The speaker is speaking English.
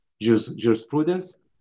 jurisprudence